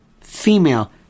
female